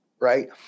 right